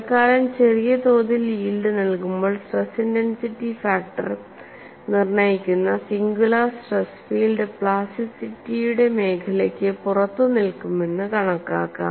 തൽക്കാലം ചെറിയ തോതിൽ യീൽഡ് നൽകുമ്പോൾ സ്ട്രെസ് ഇന്റൻസിറ്റി ഫാക്ടർ നിർണ്ണയിക്കുന്ന സിംഗുലാർ സ്ട്രെസ് ഫീൽഡ് പ്ലാസ്റ്റിറ്റിസിറ്റിയുടെ മേഖലയ്ക്ക് പുറത്ത് നിലനിൽക്കുമെന്ന് കണക്കാക്കാം